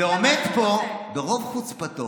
ועומד פה ברוב חוצפתו